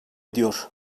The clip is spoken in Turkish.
ediyor